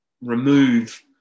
remove